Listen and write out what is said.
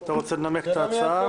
אתה רוצה לנמק את ההצעה?